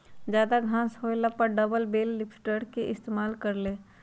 जादा घास होएला पर डबल बेल लिफ्टर के इस्तेमाल कर ल